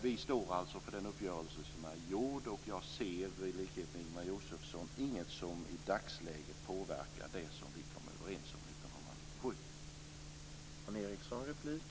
Vi står alltså för den uppgörelse som är träffad och jag ser i likhet med Ingemar Josefsson inget som i dagsläget påverkar det som vi kom överens om